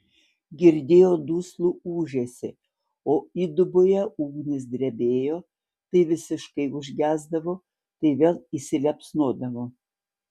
girdėjo duslų ūžesį o įduboje ugnys drebėjo tai visiškai užgesdavo tai vėl įsiliepsnodavo